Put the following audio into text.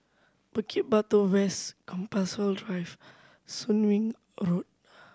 Bukit Batok West Compassvale Drive Soon Wing Road